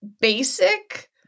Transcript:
basic